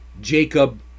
Jacob